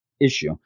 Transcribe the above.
issue